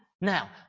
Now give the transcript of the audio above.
Now